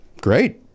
Great